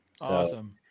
awesome